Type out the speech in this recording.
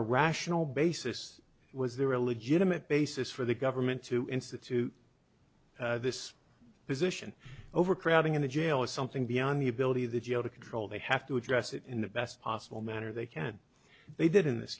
a rational basis was there a legitimate basis for the government to institute this position overcrowding in the jail is something beyond the ability of the g a o to control they have to address it in the best possible manner they can they did in this